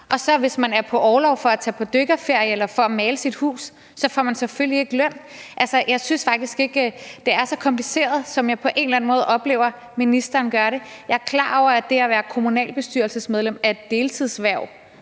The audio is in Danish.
og hvis man så er på orlov for at tage på dykkerferie eller for at male sit hus, får man selvfølgelig ikke løn. Jeg synes faktisk ikke, det er så kompliceret, som jeg på en eller anden måde oplever at ministeren gør det. Jeg er klar over, at det at være kommunalbestyrelsesmedlem er et deltidshverv,